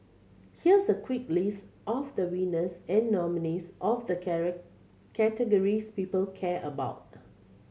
here's the quick list of the winners and nominees of the categories people care about